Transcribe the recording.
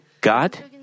God